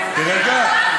תירגע.